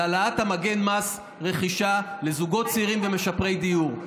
על העלאת מגן מס רכישה לזוגות צעירים ומשפרי דיור.